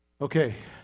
okay